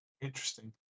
Interesting